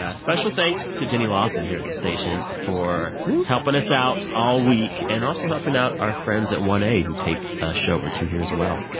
ah special thanks to jenni lawson here at the station. woot for helping us out all week and also helping out our friends at one a who taped a show or two here as well.